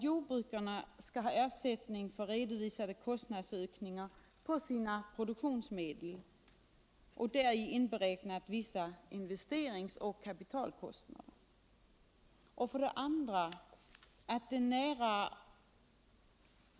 Jordbrukarna skall ha ersättning för redovisade kostnadsökningar på sina produktionsmedel, däri inberäknat vissa investerings och kapitalkostnader. 2.